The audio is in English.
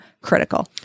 critical